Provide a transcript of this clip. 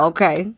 Okay